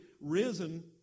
risen